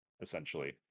essentially